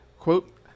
Quote